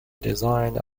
designed